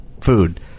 food